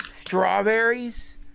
Strawberries